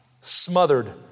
smothered